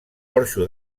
porxo